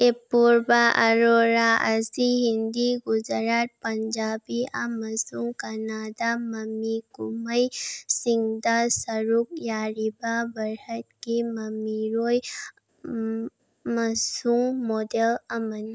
ꯑꯦꯄꯣꯔꯕꯥ ꯑꯔꯣꯔꯥ ꯑꯁꯤ ꯍꯤꯟꯗꯤ ꯒꯨꯖꯔꯥꯠ ꯄꯟꯖꯥꯕꯤ ꯑꯃꯁꯨꯡ ꯀꯅꯥꯗꯥ ꯃꯃꯤ ꯀꯨꯝꯍꯩ ꯁꯤꯡꯗ ꯁꯔꯨꯛ ꯌꯥꯔꯤꯕ ꯚꯥꯔꯠꯀꯤ ꯃꯃꯤꯔꯣꯏ ꯑꯃꯁꯨꯡ ꯃꯣꯗꯦꯜ ꯑꯃꯅꯤ